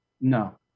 No